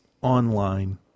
online